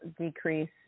decrease